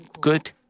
good